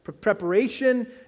Preparation